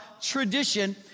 tradition